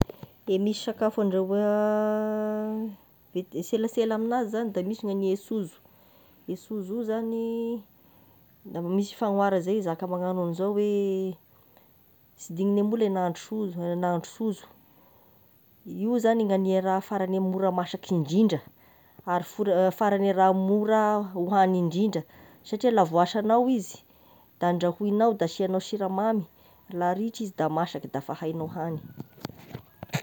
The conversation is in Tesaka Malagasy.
Misy sakafo andrahoa veti- selasela amignazy da misy gnagny e sozo, e sozo io zagny mmisy fanohara zay mizaka magnano hoe sy dian'ny amboa ilay mahandro nahandro sozo, nahandro sozo, io zany gnagny e raha faragne mora masaky indrindra ary fora- faragne raha mora hoagny indrindra, satria la voasanao izy da andrahoinao izy da asinao siramamy la ritra izy da masaky, dafa hainao hany.